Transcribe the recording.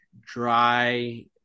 dry